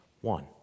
one